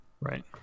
Right